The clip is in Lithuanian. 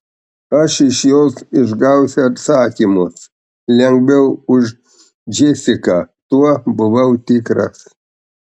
aš iš jos išgausiu atsakymus lengviau už džesiką tuo buvau tikras